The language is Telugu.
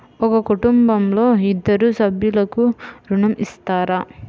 ఒక కుటుంబంలో ఇద్దరు సభ్యులకు ఋణం ఇస్తారా?